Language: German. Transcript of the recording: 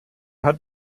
hat